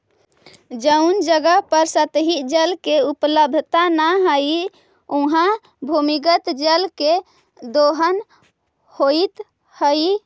जउन जगह पर सतही जल के उपलब्धता न हई, उहाँ भूमिगत जल के दोहन होइत हई